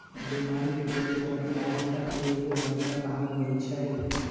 demand deposit अर्थव्यवस्था के एगो बड़का भाग होई छै